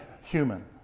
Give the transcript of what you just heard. human